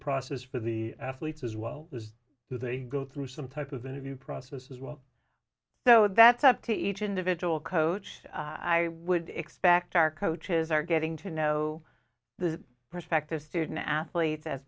process for the athletes as well as who they go through some type of interview process as well so that's up to each individual coach i would expect our coaches are getting to know the prospective student athletes as